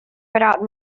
without